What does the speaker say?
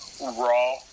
Raw